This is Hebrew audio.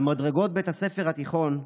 על מדרגות בית הספר התיכון,